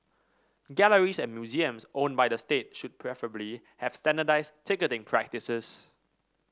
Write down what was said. galleries and museums owned by the state should preferably have standardised ticketing practices